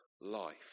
life